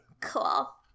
cool